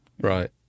right